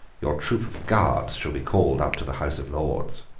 your troop of guards shall be called up to the house of lords.